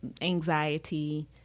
anxiety